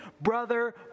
brother